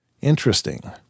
Interesting